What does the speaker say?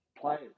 players